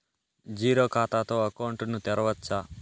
Zero ఖాతా తో account ను తెరవచ్చా?